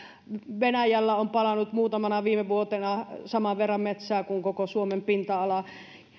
venäjällä on palanut muutamana viime vuotena saman verran metsää kuin koko suomen pinta ala